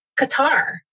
Qatar